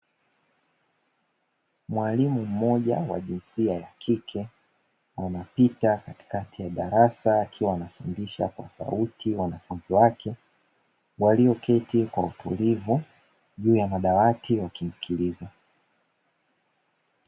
Mwalimu mmoja wa jinsia ya kike anapita katikati ya darasa akiwa anafundisha kwa sauti wanafunzi wake walioketi kwa utulivu juu ya madawati wakimsikiliza.